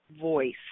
voice